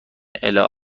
الا